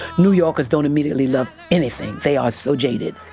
new yorkers don't immediately love anything. they are so jaded